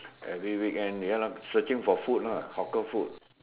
every weekend ya lah searching for food lah hawker food